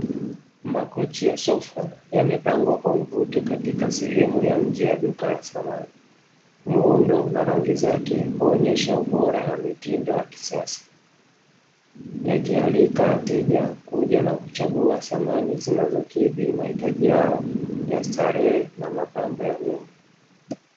Makochi ya sofa yamepangwa kwa mvuto katika sehwmu ya nje ya duka la samni, muundo na rangi zake huonesha ubora na mitindo ya kisasa yakialika wateja kuja na kuchagua samani, zinazokidhi mahitaji yao ya starehe na mapambo ya nyumba.